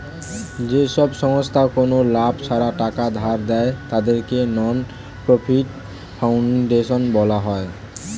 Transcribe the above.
যেসব সংস্থা কোনো লাভ ছাড়া টাকা ধার দেয়, তাদেরকে নন প্রফিট ফাউন্ডেশন বলা হয়